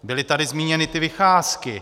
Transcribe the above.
Byly tady zmíněny ty vycházky.